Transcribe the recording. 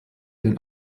den